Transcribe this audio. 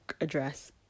address